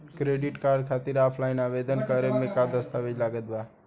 Credit card खातिर offline आवेदन करे म का का दस्तवेज लागत बा?